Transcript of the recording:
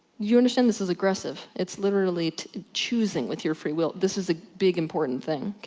you understand this is agressive? it's literally choosing with your free will, this is a big important thing,